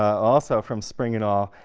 also from spring and all,